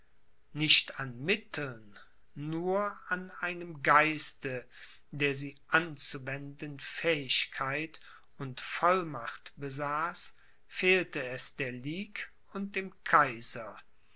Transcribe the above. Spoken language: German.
nicht an mitteln nur an einem geiste der sie anzuwenden fähigkeit und vollmacht besaß fehlte es der ligue und dem kaiser